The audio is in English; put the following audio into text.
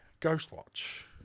Ghostwatch